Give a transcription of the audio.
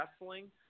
wrestling